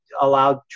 allowed